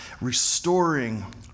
Restoring